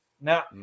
Now